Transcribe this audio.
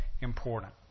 important